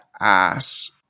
ass